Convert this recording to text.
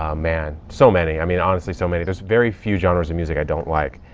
um man, so many, i mean, honestly so many. there are very few genres of music i don't like.